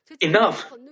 enough